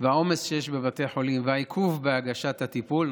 העומס שיש בבתי החולים והעיכוב בהגשת הטיפול,